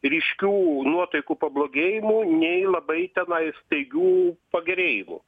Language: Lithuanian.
ryškių nuotaikų pablogėjimų nei labai tenai staigių pagerėjimų